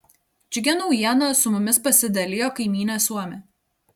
džiugia naujiena su mumis pasidalijo kaimynė suomė